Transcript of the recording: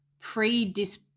Pre-dis